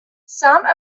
some